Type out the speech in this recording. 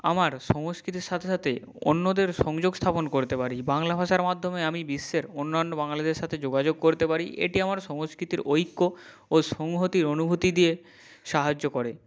আমার সংস্কৃতির সাথে সাথে অন্যদের সংযোগ স্থাপন করতে পারি বাংলা ভাষার মাধ্যমে আমি বিশ্বের অন্যান্য বাঙালিদের সাথে যোগাযোগ করতে পারি এটি আমার সংস্কৃতির ঐক্য ও সংহতির অনুভূতি দিয়ে সাহায্য করে